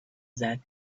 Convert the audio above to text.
that